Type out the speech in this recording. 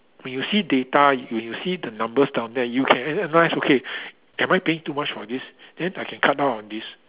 when you see data you you see the numbers down there you can analyse okay am I paying too much for this then I can cut down on this